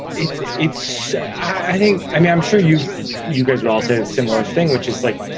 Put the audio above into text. it's it's i think i mean, i'm sure you you guys are also similar thing which is like.